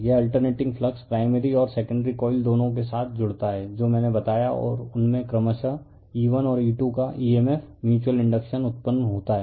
यह alternating flux primary और secondary coil दोनों के साथ जुड़ता है जो मैंने बताया और उनमें क्रमशः E1 और E2 का ईएमएफ म्यूच्यूअल इंडक्शन उत्पन्न होता है